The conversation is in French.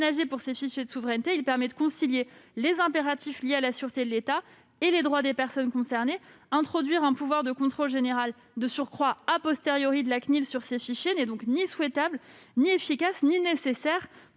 pour ces fichiers de souveraineté permet de concilier les impératifs liés à la sûreté de l'État et les droits des personnes concernées. Introduire un pouvoir de contrôle général, de surcroît, de la CNIL sur ces fichiers n'est donc ni souhaitable, ni efficace, ni nécessaire